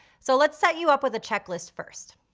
so let's set you up with a checklist first.